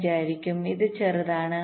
75 ആയിരിക്കും ഇത് ചെറുതാണ്